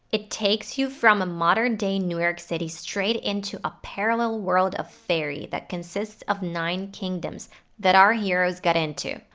it takes you from a modern day new york city straight into a parallel world of fairy that consists of nine kingdoms that our heroes got into.